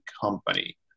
company